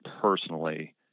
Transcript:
personally